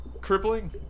crippling